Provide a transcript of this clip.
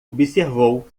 observou